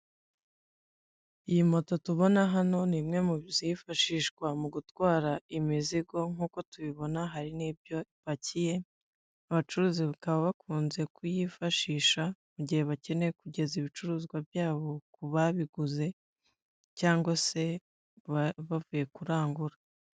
Iyi moto tubona hano ni imwe muzifashishwa mu gutwara imizigo nkuko tubibona hari nibyo ipakiye abacuruzi bakaba bakunze kuyifashisha mu gihe bakeneye kugeza ibicuruzwa byabo kubabiguze cyangwa se bavuye kurangura.